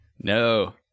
No